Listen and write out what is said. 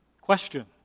Question